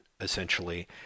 essentially